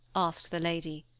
asked the lady.